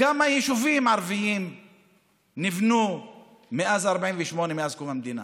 כמה יישובים ערביים נבנו מאז 48', מאז קום המדינה?